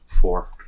Four